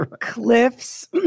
cliffs